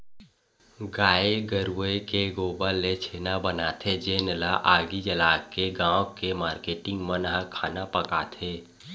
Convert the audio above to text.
गाये गरूय के गोबर ले छेना बनाथे जेन ल आगी जलाके गाँव के मारकेटिंग मन ह खाना पकाथे